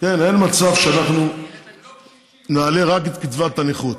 שאנחנו נעלה רק את קצבת הנכות.